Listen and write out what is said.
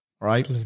right